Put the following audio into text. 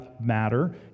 matter